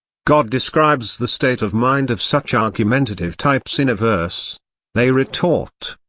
god describes the state of mind of such argumentative types in a verse they retort,